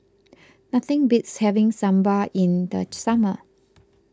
nothing beats having Sambar in the summer